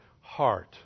heart